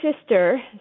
sister